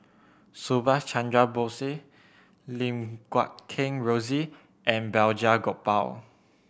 Subhas Chandra Bose Lim Guat Kheng Rosie and Balraj Gopal